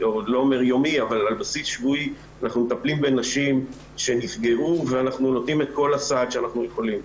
אנחנו מטפלים בנשים שנפגעו ואנחנו נותנים את כל הסעד שאנחנו יכולים.